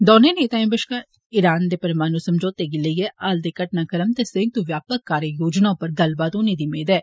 दौनें नेतााएं बश्कार ईरान दे परमाणु समौतें गी लेइयै हाल दे घटनाक्रम ते संयुक्त व्यापक कार्य योजना उप्पर गल्लबात होने दी मेद ऐ